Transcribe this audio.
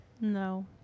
No